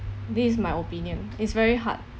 this is my opinion is very hard